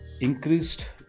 increased